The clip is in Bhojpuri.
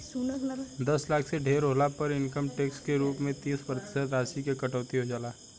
दस लाख से ढेर होला पर इनकम टैक्स के रूप में तीस प्रतिशत राशि की कटौती हो जाला